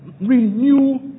renew